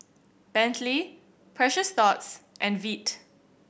Bentley Precious Thots and Veet